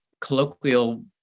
colloquial